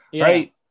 right